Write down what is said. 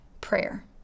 prayer